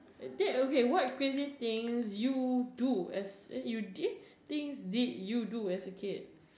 that okay what crazy things you do as you did things did you do as a kid